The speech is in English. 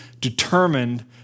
determined